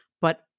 But-